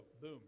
boom